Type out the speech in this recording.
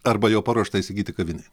arba jau paruoštą įsigyti kavinėj